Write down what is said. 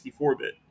64-bit